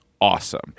Awesome